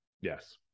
Yes